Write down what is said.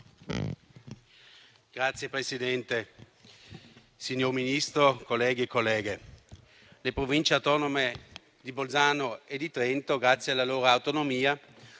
Signor Presidente, signor Ministro, colleghi e colleghe, le Province autonome di Bolzano e di Trento, grazie alla loro autonomia,